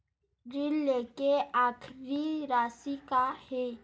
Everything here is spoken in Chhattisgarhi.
ऋण लेके आखिरी राशि का हे?